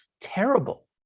terrible